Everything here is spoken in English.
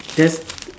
there's